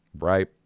Right